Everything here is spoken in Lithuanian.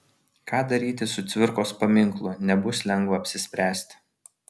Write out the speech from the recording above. ką daryti su cvirkos paminklu nebus lengva apsispręsti